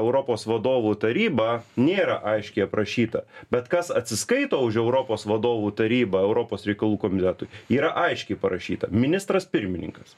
europos vadovų tarybą nėra aiškiai aprašyta bet kas atsiskaito už europos vadovų taryba europos reikalų komitetui yra aiškiai parašyta ministras pirmininkas